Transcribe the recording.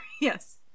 Yes